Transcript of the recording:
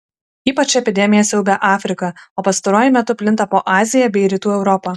ypač epidemija siaubia afriką o pastaruoju metu plinta po aziją bei rytų europą